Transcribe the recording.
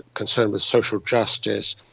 concerned with social justice,